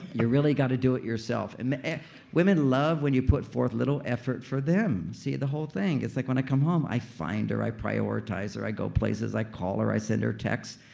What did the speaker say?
you really gotta do it yourself and women love when you put forth little effort for them. see, the whole thing like when i come home, i find her. i prioritize her. i go places, i call her. i send her texts.